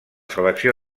selecció